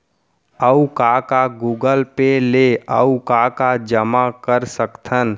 अऊ का का गूगल पे ले अऊ का का जामा कर सकथन?